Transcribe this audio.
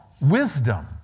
wisdom